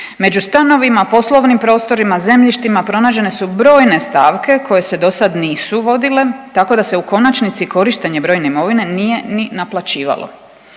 Među stanovima, poslovnim prostorima, zemljištima pronađene su brojne stavke koje se do sad nisu vodile, tako da se u konačnici korištenje brojne imovine nije ni naplaćivalo.